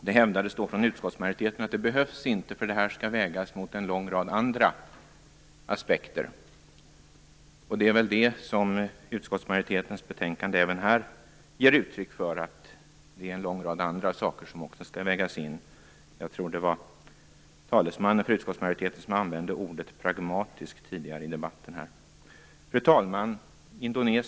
Det hävdades då från utskottsmajoritetens sida att det behövs inte. För detta skall vägas mot en lång rad andra aspekter. Det är väl det som utskottsmajoritetens betänkande ger uttryck för nu. Det är en lång rad andra aspekter som också skall vägas in. Jag tror att det var utskottsmajoritetens talesman som använde ordet pragmatisk tidigare i debatten. Fru talman!